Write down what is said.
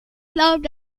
glaubt